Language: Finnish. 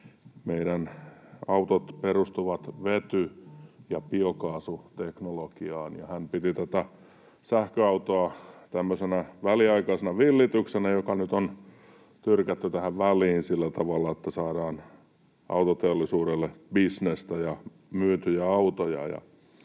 meidän autot perustuvat vety- ja biokaasuteknologiaan, ja hän piti tätä sähköautoa tämmöisenä väliaikaisena villityksenä, joka nyt on tyrkätty tähän väliin sillä tavalla, että saadaan autoteollisuudelle bisnestä ja myytyjä autoja.